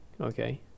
okay